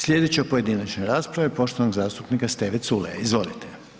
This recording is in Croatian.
Slijedeća pojedinačna rasprava poštovanog zastupnika Steve Culeja, izvolite.